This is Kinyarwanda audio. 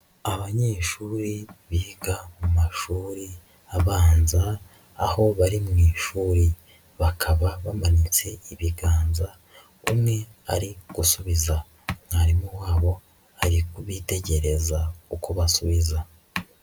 Abanyeshuri biga mu mashuri abanza, aho bari mu ishuri bakaba bamanitse ibiganza umwe ari gusubiza mwarimu wabo ari bitegereza uko basubiza.